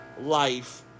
life